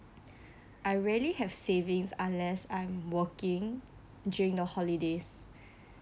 I rarely have savings unless i'm working during the holidays